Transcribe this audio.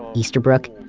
easterbrook,